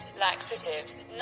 laxatives